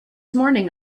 morning